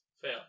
fail